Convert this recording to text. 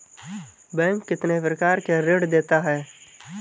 Bank कितने प्रकार के ऋण देता है?